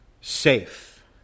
safe